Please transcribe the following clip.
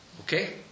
okay